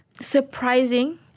surprising